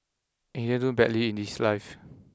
and he didn't do too badly in his life